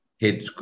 head